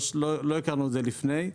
לא הכרנו את זה לפני.